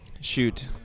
Shoot